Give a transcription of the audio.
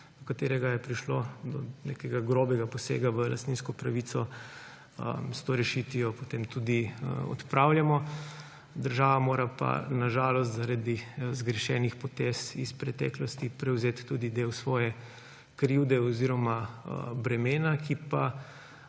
do katerega je prišlo, do nekega grobega posega v lastninsko pravico, s to rešitvijo potem tudi odpravljamo. Država mora pa na žalost zaradi zgrešenih potez iz preteklosti prevzeti tudi del svoje krivde oziroma bremena, ki pa,